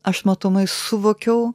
aš matomai suvokiau